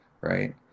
Right